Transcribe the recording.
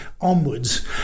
onwards